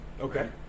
Okay